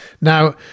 Now